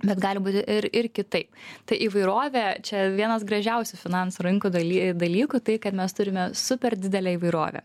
bet gali būti ir ir kitaip tai įvairovė čia vienas gražiausių finansų rinkų daly dalykų tai kad mes turime super didelę įvairovę